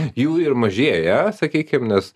jų ir mažėja sakykim nes